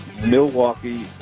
Milwaukee